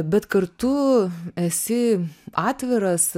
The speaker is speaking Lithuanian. bet kartu esi atviras